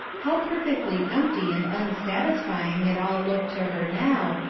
how perfectly empty and unsatisfying it all looked to her now,